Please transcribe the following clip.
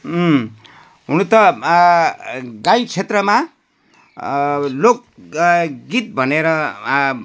हुनु त गायन क्षेत्रमा लोकगीत भनेर